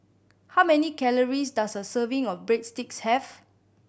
how many calories does a serving of Breadsticks have